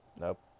nope